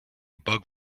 bug